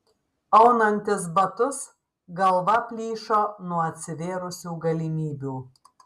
aunantis batus galva plyšo nuo atsivėrusių galimybių